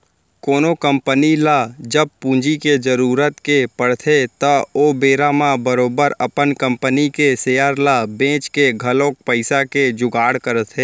कोनो कंपनी ल जब पूंजी के जरुरत के पड़थे त ओ बेरा म बरोबर अपन कंपनी के सेयर ल बेंच के घलौक पइसा के जुगाड़ करथे